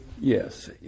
Yes